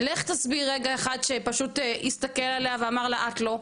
לך תסביר רגע אחד שפשוט הסתכל עליה ואמר לה "את לא".